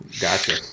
Gotcha